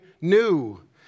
new